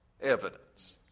evidence